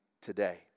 today